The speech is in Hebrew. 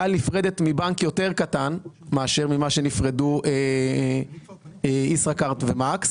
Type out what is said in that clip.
כאל נפרדת מבנק יותר קטן מאשר נפרדו ישכראכרט ו-מקס